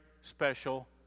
special